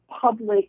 public